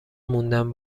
موندم